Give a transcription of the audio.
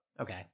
Okay